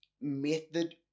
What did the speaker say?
method